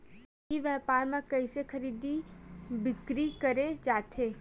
ई व्यापार म कइसे खरीदी बिक्री करे जाथे?